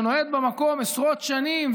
שנוהג במקום עשרות שנים,